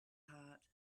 heart